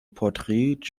porträt